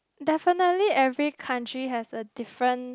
definitely every country has a different